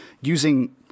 using